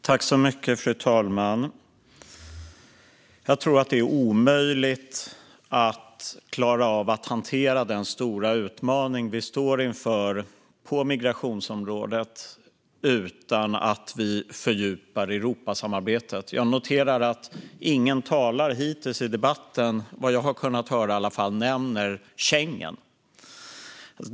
Fru talman! Jag tror att det är omöjligt att klara av att hantera den stora utmaning som vi står inför på migrationsområdet utan att fördjupa Europasamarbetet. Jag noterar att ingen talare hittills i debatten, i alla fall inte vad jag har kunnat höra, har nämnt Schengen.